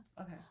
Okay